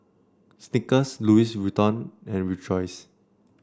Snickers Louis Vuitton and Rejoice